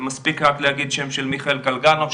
ומספיק רק להגיד את השם של מיכאל גלגרוב,